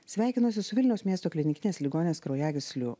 sveikinuosi su vilniaus miesto klinikinės ligoninės kraujagyslių